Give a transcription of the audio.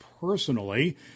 personally